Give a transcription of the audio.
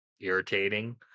irritating